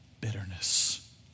bitterness